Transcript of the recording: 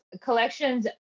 collections